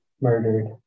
murdered